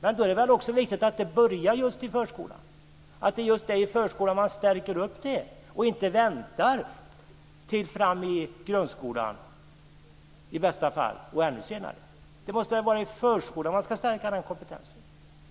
Men då är det väl också viktigt att det börjar just i förskolan, att det är just i förskolan man stärker upp det här och inte väntar till fram till grundskolan, i bästa fall, eller kanske ännu senare. Det måste vara i förskolan som den kompetensen ska stärkas.